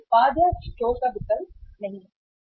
इसलिए वह खरीद में देरी करेगा